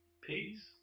Peace